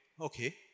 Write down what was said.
okay